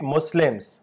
Muslims